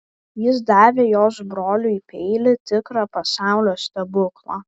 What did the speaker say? jis davė jos broliui peilį tikrą pasaulio stebuklą